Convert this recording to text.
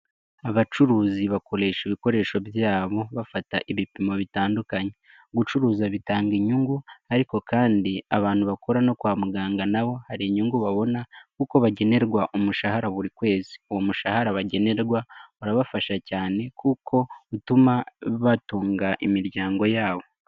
Abacuruzi bakoresha ibikoresho byabo bafata ibipimo bitandukanye, gucuruza bitanga inyungu ariko kandi abantu bakora no kwa muganga, nabo hari inyungu babona kuko bagenerwa umushahara buri kwezi. Uwo mushahara bagenerwa, urabafasha cyane kuko utuma batunga imiryango yabo.